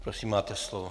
Prosím, máte slovo.